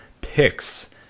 picks